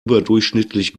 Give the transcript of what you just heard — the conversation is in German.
überdurchschnittlich